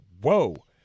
whoa